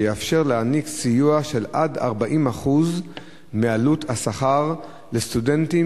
שיאפשר להעניק סיוע של עד 40% מעלות השכר לסטודנטים